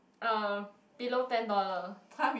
uh below ten dollar